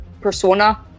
persona